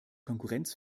konkurrenz